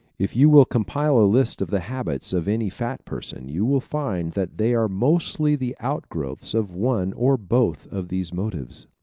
if you will compile a list of the habits of any fat person you will find that they are mostly the outgrowths of one or both of these motives.